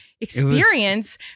experience